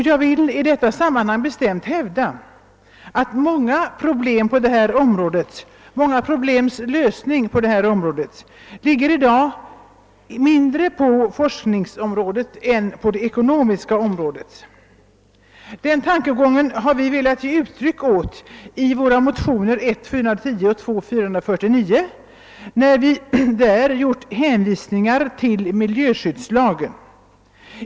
Jag vill i detta sammanhang bestämt hävda att lösningen av många problem i detta sammanhang nu ligger mindre på forskningsområdet än på det ekonomiska. Den tankegången har vi velat ge uttryck åt när vi i motionerna I: 410 och II: 449 har hänvisat till miljöskyddslagen.